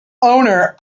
owner